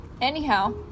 Anyhow